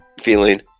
feeling